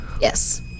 Yes